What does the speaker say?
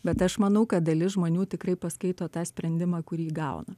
bet aš manau kad dalis žmonių tikrai paskaito tą sprendimą kurį gauna